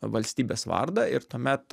valstybės vardą ir tuomet